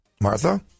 Martha